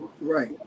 Right